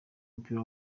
w’umupira